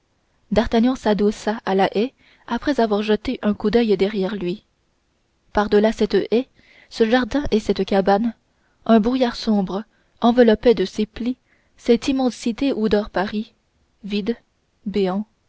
d'artagnan s'adossa à la haie après avoir jeté un coup d'oeil derrière lui par-delà cette haie ce jardin et cette cabane un brouillard sombre enveloppait de ses plis cette immensité où dort paris vide béant